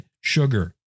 sugar